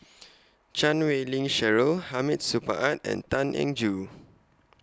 Chan Wei Ling Cheryl Hamid Supaat and Tan Eng Joo